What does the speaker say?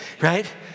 right